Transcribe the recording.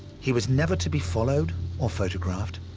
he was never to be followed or photographed.